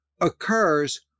occurs